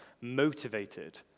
motivated